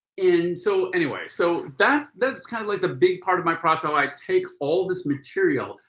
and so anyway, so that's that's kind of like the big part of my process. how i take all this material,